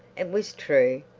it was true,